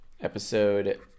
Episode